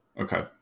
Okay